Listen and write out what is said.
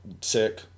sick